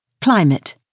Climate